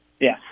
Yes